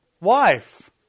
wife